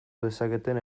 dezaketen